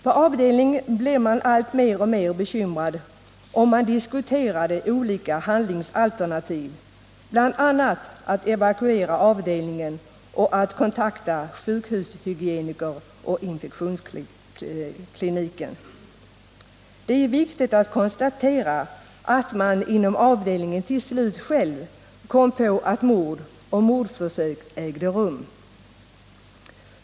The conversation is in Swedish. På avdelningen blev man alltmer bekymrad, och man diskuterade olika handlingsalternativ, bl.a. att evakuera avdelningen och att kontakta sjukhushygienikern och infektionskliniken. Det är viktigt att konstatera att man inom avdelningen till slut själv kom på att mord och mordförsök ägde rum.